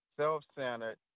self-centered